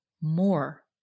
more